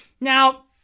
Now